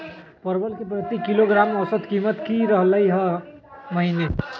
परवल के प्रति किलोग्राम औसत कीमत की रहलई र ई महीने?